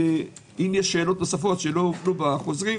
אם יש שאלות נוספות שלא בחוזרים,